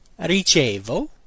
ricevo